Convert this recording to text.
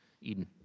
Eden